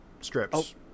strips